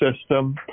system